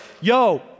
yo